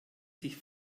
sich